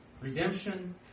Redemption